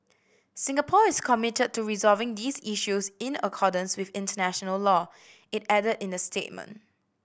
Singapore is committed to resolving these issues in accordance with international law it added in the statement